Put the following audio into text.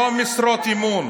לא משרות אמון,